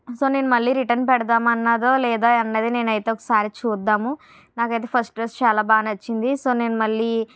so నేను మళ్ళీ return పెడదాము అన్నదో లేదో అనేది అయితే నేను ఒకసారి చూద్దాము నాకు అయితే ఫస్ట్ చాలా బాగా నచ్చింది సో నేను మళ్ళీ